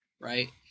Right